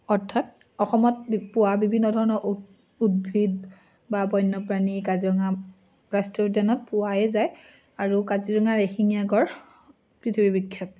অৰ্থাৎ অসমত পোৱা বিভিন্ন ধৰণৰ উদ্ভিদ বা বন্যপ্ৰাণী কাজিৰঙা ৰাষ্ট্ৰীয় উদ্যানত পোৱাই যায় আৰু কাজিৰঙা এশিঙীয়া গঁড় পৃথিৱীৰ বিখ্যাত